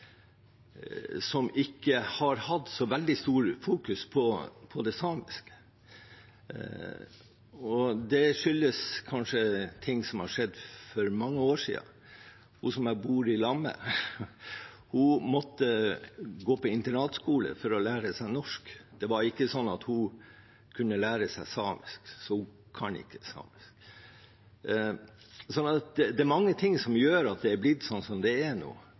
som ikke har fokusert så veldig på det samiske, og det skyldes kanskje ting som har skjedd for mange år siden. Hun som jeg bor i lag med, måtte gå på internatskole for å lære seg norsk. Det var ikke sånn at hun kunne lære seg samisk, så hun kan ikke samisk. Så det er mange ting som gjør at det har blitt sånn som det er nå.